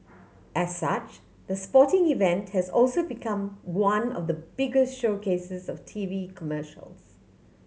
as such the sporting event has also become one of the biggest showcases of T V commercials